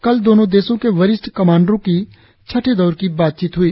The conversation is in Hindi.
कल दोनों देशों के वरिष्ठ कमांडरो की छठें दौर की बातचीत हई